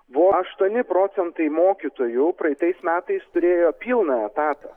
buvo aštuoni procentai mokytojų praeitais metais turėjo pilną etatą